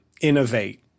innovate